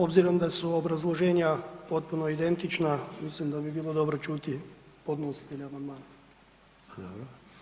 Obzirom da su obrazloženja potpuno identična, mislim da bi bilo dobro čuti podnositelja amandmana.